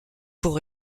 pour